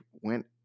went